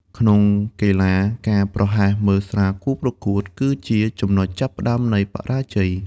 ក្នុងកីឡា ការប្រហែសមើលស្រាលគូប្រកួត គឺជាចំណុចចាប់ផ្ដើមនៃបរាជ័យ។